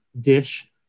dish